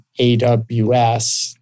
AWS